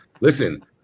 Listen